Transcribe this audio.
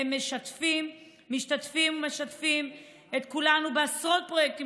הם משתתפים ומשתפים את כולנו בעשרות פרויקטים